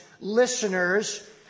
listeners